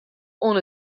oan